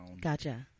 Gotcha